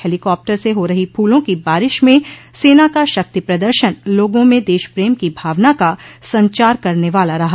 helicopter से हो रही फूलों की बारिश में सेना का शक्ति प्रदर्शन लोगों में देशप्रेम की भावना का संचार करने वाला रहा